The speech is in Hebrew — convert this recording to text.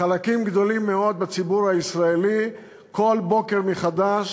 חלקים גדולים מאוד בציבור הישראלי כל בוקר מחדש